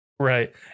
Right